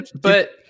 but-